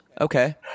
Okay